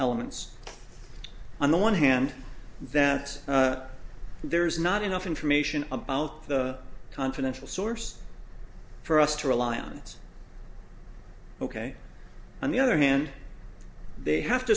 elements on the one hand that there's not enough information about the confidential source for us to rely on it's ok on the other hand they have to